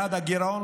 יעד הגירעון,